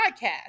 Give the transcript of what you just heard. podcast